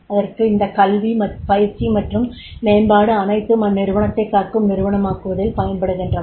அதற்கு இந்த கல்வி பயிற்சி மற்றும் மேம்பாடு அனைத்தும் அந்நிறுவனத்தை கற்கும் நிறுவனமாக்குவதில் பயன்படுகின்றன